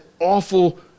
awful